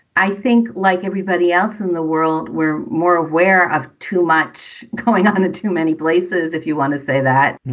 i think like everybody else in the world, we're more aware of too much going on in too many places, if you want to say that,